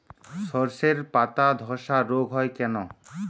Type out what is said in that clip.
শর্ষের পাতাধসা রোগ হয় কেন?